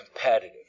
competitive